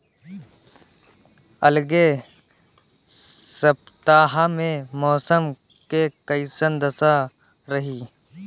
अलगे सपतआह में मौसम के कइसन दशा रही?